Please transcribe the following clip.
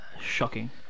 shocking